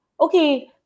okay